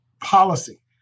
policy